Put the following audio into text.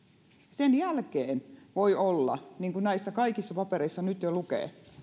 sen jälkeen voi olla niin kuin näissä kaikissa papereissa nyt jo lukee